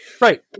Right